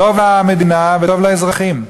טוב למדינה וטוב לאזרחים.